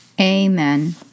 Amen